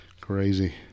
Crazy